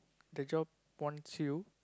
the job wants you